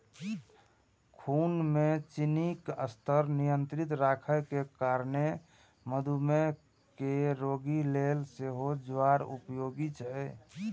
खून मे चीनीक स्तर नियंत्रित राखै के कारणें मधुमेह के रोगी लेल सेहो ज्वार उपयोगी छै